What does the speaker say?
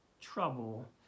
trouble